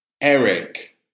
Eric